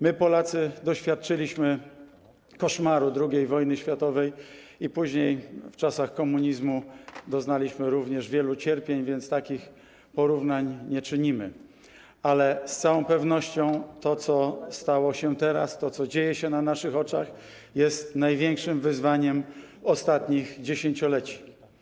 My, Polacy, doświadczyliśmy koszmaru II wojny światowej i później w czasach komunizmu doznaliśmy również wielu cierpień, więc takich porównań nie czynimy, ale z całą pewnością to, co stało się teraz, to, co dzieje się na naszych oczach, jest największym wyzwaniem ostatnich dziesięcioleci.